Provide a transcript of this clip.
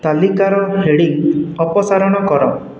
ତାଲିକାର ହେଡ଼ିଙ୍ଗ୍ ଅପସାରଣ କର